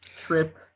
trip